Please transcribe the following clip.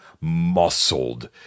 muscled